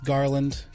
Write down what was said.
Garland